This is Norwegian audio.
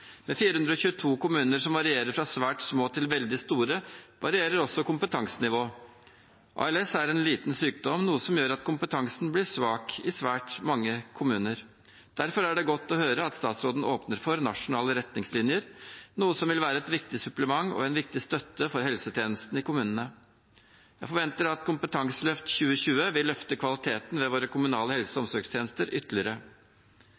Med 422 kommuner som varierer fra svært små til veldig store, varierer også kompetansenivået. ALS er en sjelden sykdom, noe som gjør at kompetansen blir svak i svært mange kommuner. Derfor er det godt å høre at statsråden åpner for nasjonale retningslinjer, noe som vil være et viktig supplement og en viktig støtte for helsetjenestene i kommunene. Jeg forventer at Kompetanseløft 2020 vil løfte kvaliteten i våre kommunale helse- og